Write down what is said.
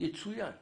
יצוין?